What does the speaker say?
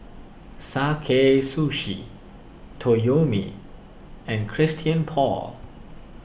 Sakae Sushi Toyomi and Christian Paul